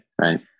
Right